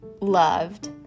loved